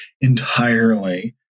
entirely